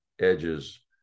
edges